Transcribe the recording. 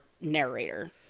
narrator